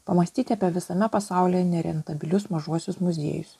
pamąstyti apie visame pasaulyje nerentabilius mažuosius muziejus